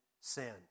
sin